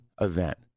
event